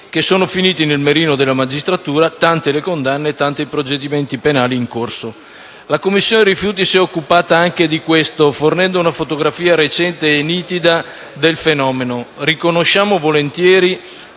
pilotati finiti nel mirino della magistratura, tante le condanne e tanti i procedimenti penali in corso. La Commissione di inchiesta sul ciclo dei rifiuti si è occupata anche di questo, fornendo una fotografia recente e nitida del fenomeno. Riconosciamo volentieri